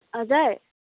हजुर